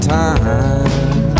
time